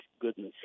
goodness